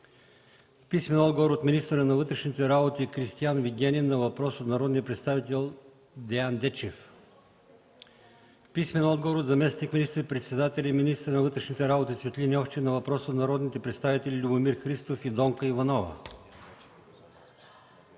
Костадинов; - министъра на външните работи Кристиан Вигенин на въпрос от народния представител Деян Дечев; - заместник министър-председателя и министър на вътрешните работи Цветлин Йовчев на въпрос от народните представители Любомир Христов и Донка Иванова;